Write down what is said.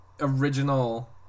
original